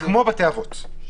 זה כמו בתי אבות.